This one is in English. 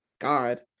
god